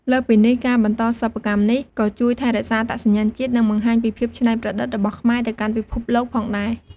លើសពីនេះ ការបន្តសិប្បកម្មនេះក៏ជួយថែរក្សាអត្តសញ្ញាណជាតិ និងបង្ហាញពីភាពច្នៃប្រឌិតរបស់ខ្មែរទៅកាន់ពិភពលោកផងដែរ។